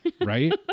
right